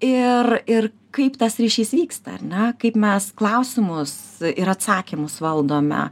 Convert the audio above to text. ir ir kaip tas ryšys vyksta ar ne kaip mes klausimus ir atsakymus valdome